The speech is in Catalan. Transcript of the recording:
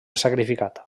sacrificat